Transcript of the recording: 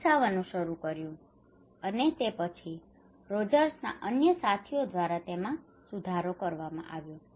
આ વિકસાવવાનું શરૂ કર્યું અને તે પછી રોજર્સના અન્ય સાથીઓ દ્વારા તેમાં સુધારો કરવામાં આવ્યો